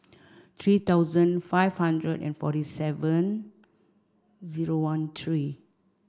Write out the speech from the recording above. three thousand five hundred and forty seven zero one three